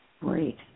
Great